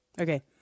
okay